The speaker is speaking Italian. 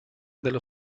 dello